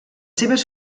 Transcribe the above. seves